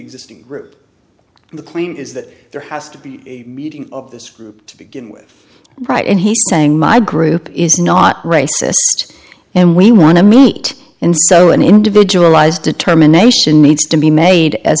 preexisting group the claim is that there has to be meeting of this group to begin with right and he saying my group is not racist and we want to meet and so an individualized determination needs to be made as